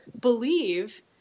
believe